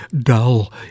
dull